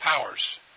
powers